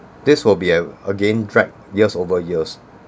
this will be a again drag years over years